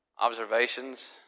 observations